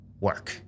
work